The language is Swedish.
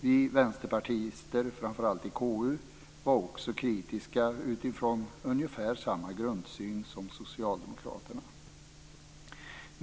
Vi vänsterpartister, framför allt i KU, var också kritiska utifrån ungefär samma grundsyn som socialdemokraterna.